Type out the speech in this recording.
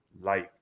life